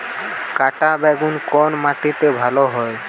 কাঁটা বেগুন কোন মাটিতে ভালো হয়?